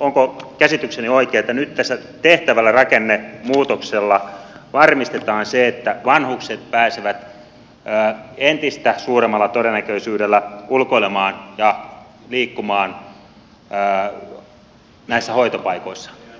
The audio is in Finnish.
onko käsitykseni oikea että nyt tässä tehtävällä rakennemuutoksella varmistetaan se että vanhukset pääsevät entistä suuremmalla todennäköisyydellä ulkoilemaan ja liikkumaan näissä hoitopaikoissa